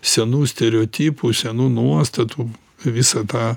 senų stereotipų senų nuostatų visą tą